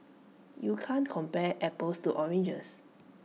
you can't compare apples to oranges